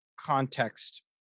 context